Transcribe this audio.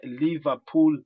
Liverpool